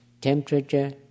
temperature